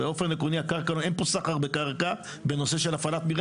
באופן עקרוני אין סחר בקרקע בנושא של הפעלת מרעה.